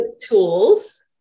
tools